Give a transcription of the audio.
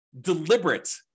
deliberate